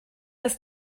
ist